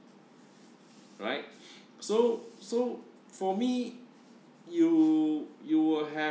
right so so for me you you will have